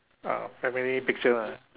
a family picture ah